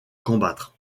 combattre